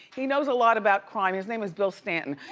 he knows a lot about crime, his name is bill stanton.